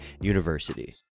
university